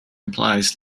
implies